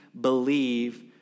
believe